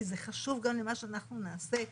כי זה חשוב גם למה שאנחנו נעשה פה,